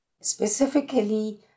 Specifically